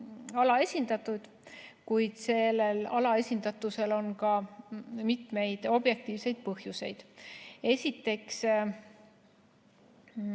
alaesindatud, kuid sellel alaesindatusel on ka mitmeid objektiivseid põhjuseid. Esiteks